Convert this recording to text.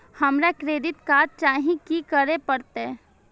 हमरा credit card चाही की करे परतै?